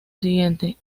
siguiente